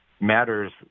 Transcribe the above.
matters